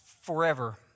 forever